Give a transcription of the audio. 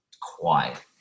quiet